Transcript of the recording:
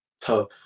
Tough